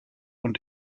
und